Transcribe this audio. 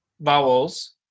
vowels